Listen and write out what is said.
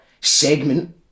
segment